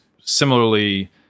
similarly